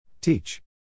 Teach